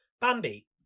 Bambi